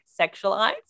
sexualized